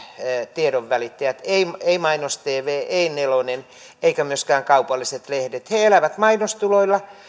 tiedonvälittäjät ei ei mainos tv ei nelonen eivätkä myöskään kaupalliset lehdet ne elävät mainostuloilla